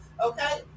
okay